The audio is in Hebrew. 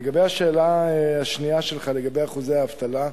לגבי השאלה השנייה שלך, על אחוזי האבטלה,